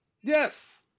Yes